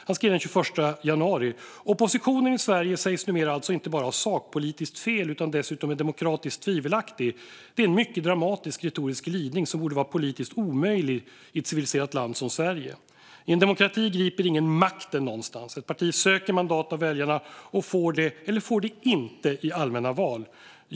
Han skrev den 21 januari: "Oppositionen i Sverige sägs numera alltså inte bara ha sakpolitiskt fel utan dessutom är demokratiskt tvivelaktig. Det är en mycket dramatisk retorisk glidning som borde vara politiskt omöjlig i ett civiliserat land som Sverige." Han fortsätter: "I en demokrati griper ingen makten någonstans. Ett parti söker mandat av väljarna och får det eller får det inte i allmänna val.